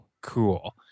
cool